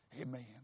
Amen